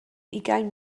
ugain